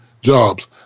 jobs